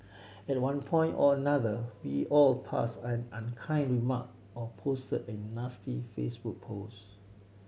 at one point or another we have all passed an unkind remark or posted a nasty Facebook post